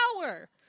power